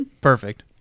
Perfect